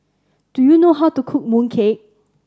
do you know how to cook mooncake